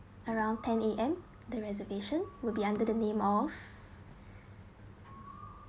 around ten A_M the reservation will be under the name of